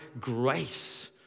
grace